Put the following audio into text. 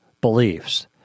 beliefs